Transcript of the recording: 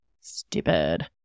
Stupid